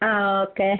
ആ ഓക്കെ